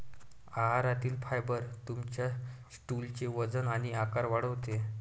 आहारातील फायबर तुमच्या स्टूलचे वजन आणि आकार वाढवते